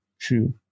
True